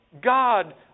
God